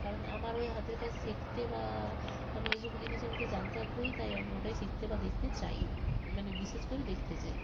কারণ আমার ওই হাতের কাজ শিখতে বা আমি ওইসব জিনিস সম্বন্ধে তো জানতে আগ্রহী তাই আমি ওটাই শিখতে বা দেখতে চাই মানে বিশেষ করে দেখতে চাই